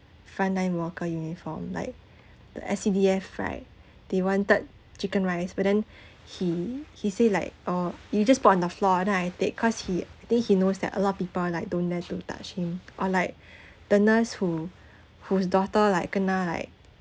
frontline worker uniform like the S_C_D_F right they wanted chicken rice but then he he say like oh you just put on the floor and then I take cause he then he knows that a lot of people like don't dare to touch him or like the nurse who whose daughter like kena like